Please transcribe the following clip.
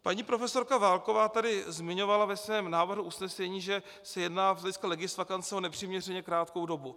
Paní profesorka Válková tady zmiňovala ve svém návrhu usnesení, že se jedná z hlediska legisvakance o nepřiměřeně krátkou dobu.